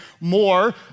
more